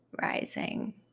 rising